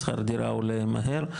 שכר דירה עולה מהר,